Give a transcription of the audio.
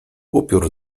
upiór